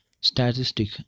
statistic